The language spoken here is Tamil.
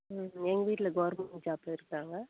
ம் எங்கள் வீட்டில் கவெர்மெண்ட் ஜாப் இருக்காங்க